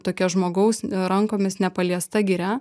tokia žmogaus rankomis nepaliesta giria